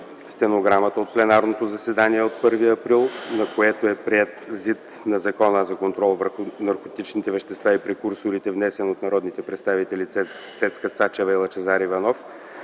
стенограмата от пленарното заседание на 1 април 2010 г., на което е приет ЗИД на Закона за контрол върху наркотичните вещества и прекурсорите, внесен от народните представители Цецка Цачева и Лъчезар Иванов,